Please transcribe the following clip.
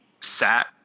sat